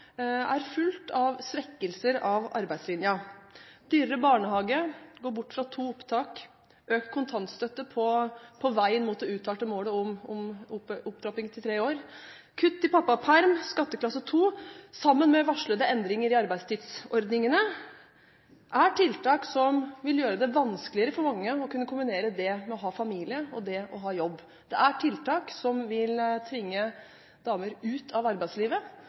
har fylt tre år, de kutter i pappaperm og skatteklasse 2. Sammen med varslede endringer i arbeidstidsordningene er dette tiltak som vil gjøre det vanskeligere for mange å kombinere det å ha familie med det å ha jobb. Det er tiltak som vil tvinge damer ut av arbeidslivet.